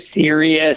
serious